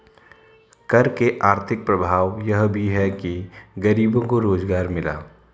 कर के आर्थिक प्रभाव यह भी है कि गरीबों को रोजगार मिला